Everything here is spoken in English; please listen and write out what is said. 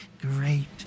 great